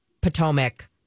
Potomac